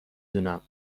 دونم